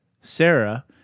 Sarah